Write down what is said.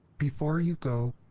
before you go,